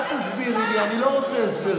אל תסבירי לי, אני לא רוצה הסברים.